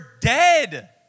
dead